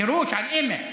גירוש על אמת.